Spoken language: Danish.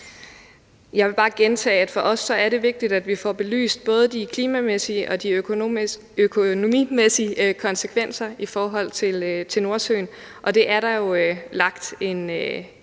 Jeg vil bare gentage, at det for os er vigtigt, at vi får belyst både de klimamæssige og de økonomiske konsekvenser i forhold til Nordsøen, og det er der jo lagt en